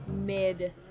Mid